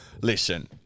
Listen